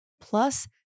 Plus